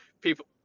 people